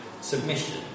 submission